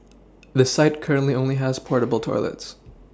the site currently only has portable toilets